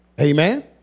Amen